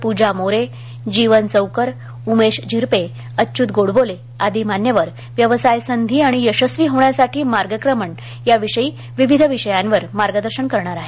पूजा मोरे जीवन चौकर उमेश झिरपे आदी अच्यूत गोडबोले आदी मान्यवर व्यवसाय संधी आणि यशस्वी होण्यासाठी मार्गक्रमण याविषयी विविध विषयांवर मार्गदर्शन करणार आहेत